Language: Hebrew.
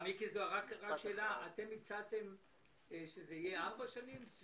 -- אתם הצעתם שזה יהיה ארבע שנים?